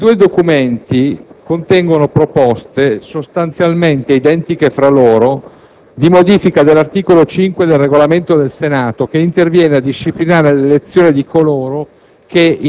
i due documenti contengono proposte, sostanzialmente identiche fra loro, di modifica dell'articolo 5 del Regolamento del Senato, che interviene a disciplinare l'elezione di coloro